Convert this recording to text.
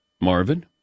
Marvin